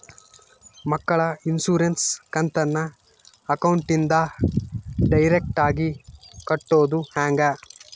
ಮಕ್ಕಳ ಇನ್ಸುರೆನ್ಸ್ ಕಂತನ್ನ ಅಕೌಂಟಿಂದ ಡೈರೆಕ್ಟಾಗಿ ಕಟ್ಟೋದು ಹೆಂಗ?